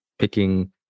picking